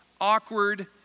awkward